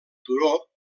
turó